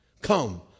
come